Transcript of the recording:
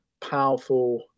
powerful